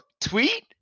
Tweet